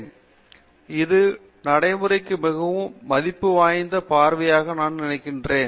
பேராசிரியர் பிரதாப் ஹரிதாஸ் இது நடைமுறைக்கு மிகவும் மதிப்பு வாய்ந்த பார்வையாக நான் நினைக்கிறேன்